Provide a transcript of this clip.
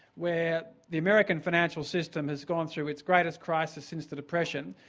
where the american financial system has gone through its greatest crisis since the depression,